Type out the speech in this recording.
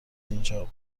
اینجا